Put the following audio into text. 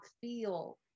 feel